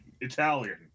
Italian